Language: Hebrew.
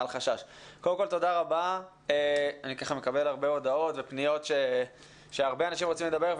אני מקבל הרבה הודעות ופניות מהרבה אנשים שרוצים לדבר.